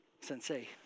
Sensei